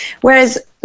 whereas